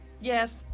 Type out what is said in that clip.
Yes